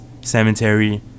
cemetery